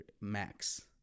Max